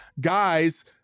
guys